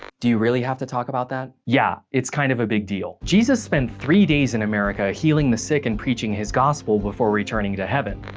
do you really have to talk about that? yeah, it's kind of a big deal. jesus spent three days in america healing the sick and preaching his gospel before returning to heaven,